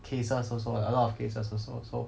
cases also a lot of cases also so